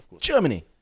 Germany